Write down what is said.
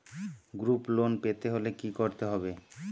Group loan পেতে হলে কি করতে হবে?